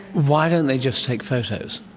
why don't they just take photos?